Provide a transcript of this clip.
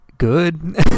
good